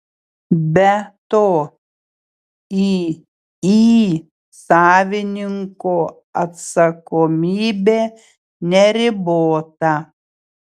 be to iį savininko atsakomybė neribota